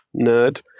Nerd